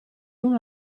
uno